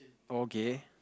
okay